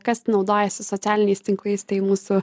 kas naudojasi socialiniais tinklais tai mūsų